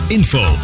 info